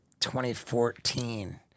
2014